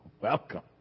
Welcome